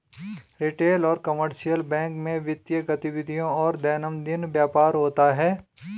retail और commercial bank में वित्तीय गतिविधियों और दैनंदिन व्यापार होता है